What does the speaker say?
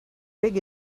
big